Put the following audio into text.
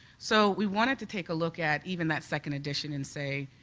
so we wanted to take a look at even that second edition and say,